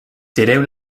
tireu